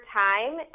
time